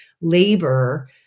labor